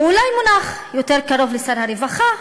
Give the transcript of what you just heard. הוא אולי מונח יותר קרוב לשר הרווחה,